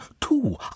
two